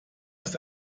ist